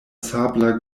sabla